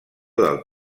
del